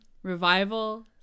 revival